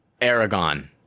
Aragon